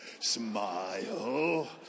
smile